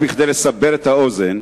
רק כדי לסבר את האוזן,